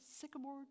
sycamore